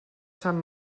sant